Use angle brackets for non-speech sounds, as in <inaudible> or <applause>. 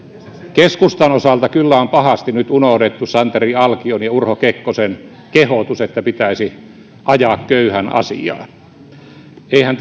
keskustan osalta kyllä on pahasti nyt unohdettu santeri alkion ja urho kekkosen kehotus että pitäisi ajaa köyhän asiaa eihän <unintelligible>